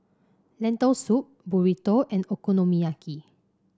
Lentil Soup Burrito and Okonomiyaki